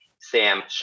Sam